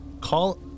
Call